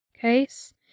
case